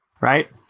Right